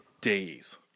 days